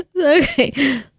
Okay